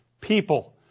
people